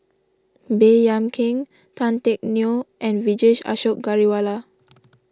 Baey Yam Keng Tan Teck Neo and Vijesh Ashok Ghariwala